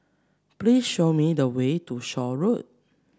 please show me the way to Shaw Road